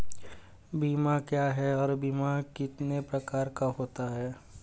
बीमा क्या है और बीमा कितने प्रकार का होता है?